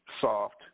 soft